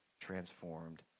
transformed